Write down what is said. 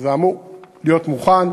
אמור להיות מוכן,